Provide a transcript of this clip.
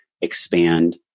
expand